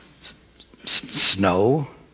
snow